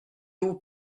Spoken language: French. aux